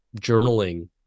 journaling